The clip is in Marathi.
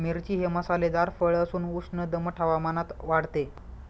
मिरची हे मसालेदार फळ असून उष्ण दमट हवामानात वाढते